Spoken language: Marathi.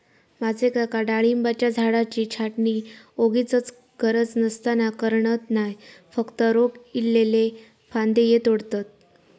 माझे काका डाळिंबाच्या झाडाची छाटणी वोगीचच गरज नसताना करणत नाय, फक्त रोग इल्लले फांदये तोडतत